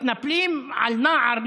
מתנפלים על נער,